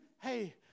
hey